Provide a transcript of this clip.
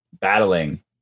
battling